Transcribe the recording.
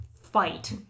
fight